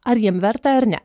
ar jiem verta ar ne